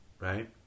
right